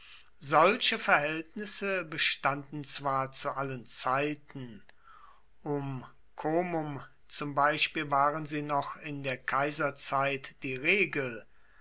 solche verhältnisse bestanden zwar zu allen zeiten um comum zum beispiel waren sie noch in der kaiserzeit die regel